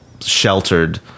sheltered